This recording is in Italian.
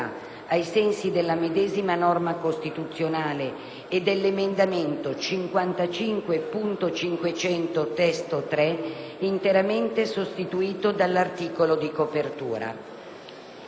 ai sensi della medesima norma costituzionale - e dell'emendamento 55.500 (testo 3), interamente sostitutivo dell'articolo di copertura».